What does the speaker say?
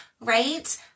right